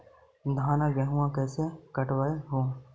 धाना, गेहुमा कैसे कटबा हू?